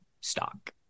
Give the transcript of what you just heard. stock